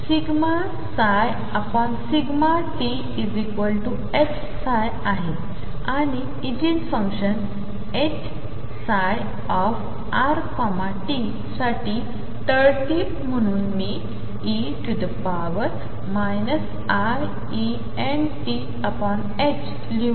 आणिइगेनफंक्शन्सHψrtसाठीतळटीपमंहूनe iEnto लिहू